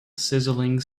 sizzling